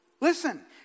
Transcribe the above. Listen